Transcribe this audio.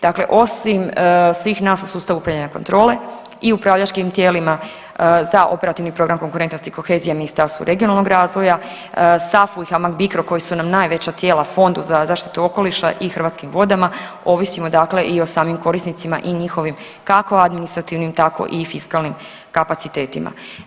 Dakle, osim svih nas u sustavu … [[Govornica se ne razumije.]] kontrole i upravljačkim tijelima za operativni program konkurentnost i kohezija Ministarstvo regionalnog razvoja, SAFU i HAMAG BICRO koji su nam najveća tijela Fondu za zaštitu okoliša i Hrvatskim vodama ovisimo dakle i o samim korisnicima i njihovim kako administrativnim tako i fiskalnim kapacitetima.